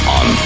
on